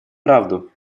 правду